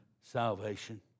salvation